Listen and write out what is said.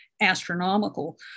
astronomical